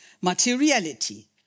materiality